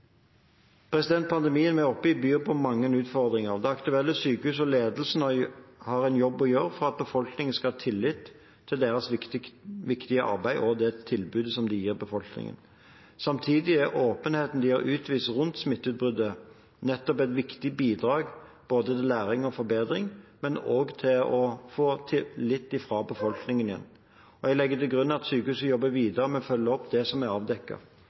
Pandemien vi er oppe i, byr på mange utfordringer. Det aktuelle sykehuset og ledelsen har en jobb å gjøre for at befolkningen skal ha tillit til deres viktige arbeid og det tilbudet de gir befolkningen. Samtidig er åpenheten de har utvist rundt smitteutbruddet, et viktig bidrag til både læring og forbedring og også til å få tillit fra befolkningen igjen. Jeg legger til grunn at sykehuset jobber videre med å følge opp det som er